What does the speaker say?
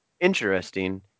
interesting